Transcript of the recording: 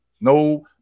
No